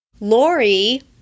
Lori